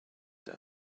them